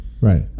right